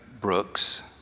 Brooks